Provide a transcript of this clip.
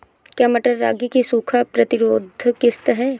क्या मटर रागी की सूखा प्रतिरोध किश्त है?